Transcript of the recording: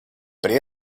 при